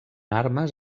armes